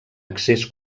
accés